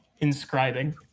inscribing